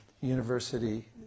university